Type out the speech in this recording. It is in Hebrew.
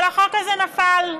אבל החוק הזה נפל.